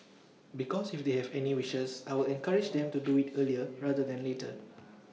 because if they have any wishes I will encourage them to do IT earlier rather than later